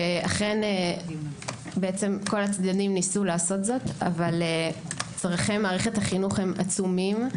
אכן כל הצדדים ניסו לעשות זאת אבל צורכי מערכת החינוך הם עצומים.